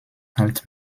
halt